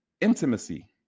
Intimacy